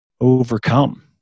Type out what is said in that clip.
overcome